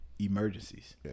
emergencies